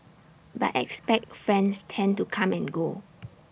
but expat friends tend to come and go